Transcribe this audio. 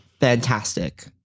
fantastic